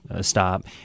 stop